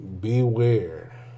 Beware